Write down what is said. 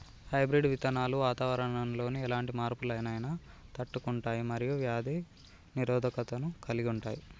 hybrid విత్తనాలు వాతావరణంలోని ఎలాంటి మార్పులనైనా తట్టుకుంటయ్ మరియు వ్యాధి నిరోధకతను కలిగుంటయ్